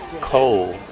coal